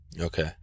Okay